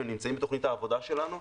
הם נמצאים בתוכנית העבודה שלנו.